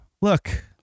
look